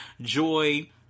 joy